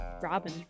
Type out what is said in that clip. Robin